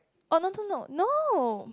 oh no no no no